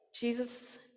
Jesus